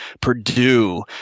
Purdue